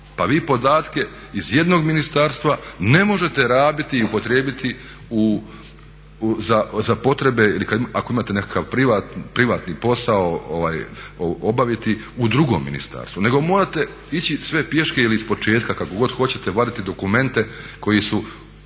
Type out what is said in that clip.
pa vi podatke iz jednog ministarstva ne možete rabiti i upotrijebiti za potrebe ili ako imate nekakav privatni posao obaviti u drugom ministarstvu nego morate ići sve pješke ili ispočetka, kako god hoćete, vaditi dokumente koji su